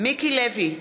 מיקי לוי,